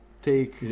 Take